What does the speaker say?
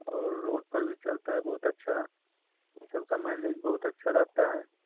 और रोड पर भी चलता है बहुत अच्छा इं सब माईलेज बहुत अच्छा रहता है